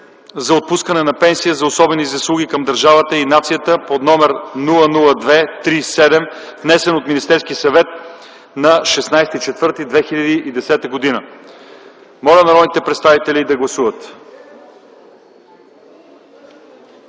за отпускане на пенсия за особени заслуги към държавата и нацията под № 002-03-7, внесен от Министерския съвет на 16 април 2010 г. Моля народните представители да гласуват.